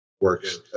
works